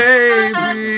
Baby